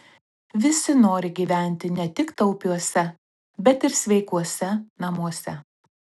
visi nori gyventi ne tik taupiuose bet ir sveikuose namuose